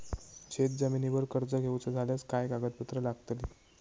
शेत जमिनीवर कर्ज घेऊचा झाल्यास काय कागदपत्र लागतली?